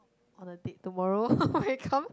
or the date tomorrow I come